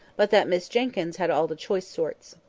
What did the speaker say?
but that miss jenkyns had all the choice sorts.